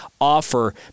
offer